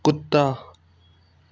कुत्ता